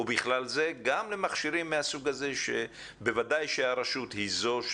ובכלל זה גם למכשירים מהסוג הזה שבוודאי הרשות היא זו,